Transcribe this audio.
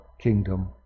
kingdom